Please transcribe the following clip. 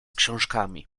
książkami